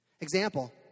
Example